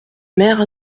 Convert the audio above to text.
mère